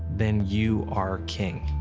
then you are king.